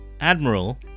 Admiral